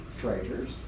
traders